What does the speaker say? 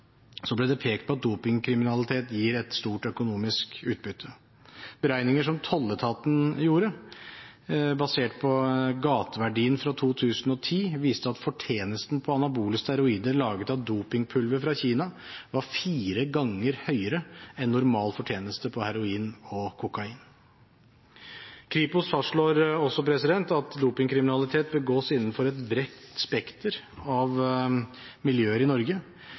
ble det pekt på at dopingkriminalitet gir stort økonomisk utbytte. Beregninger som tolletaten gjorde, basert på gateverdien fra 2010, viste at fortjenesten på anabole steroider laget av dopingpulver fra Kina var fire ganger høyere enn normal fortjeneste på heroin og kokain. Kripos fastslår at dopingkriminalitet begås innenfor et bredt spekter av miljøer i Norge.